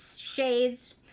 shades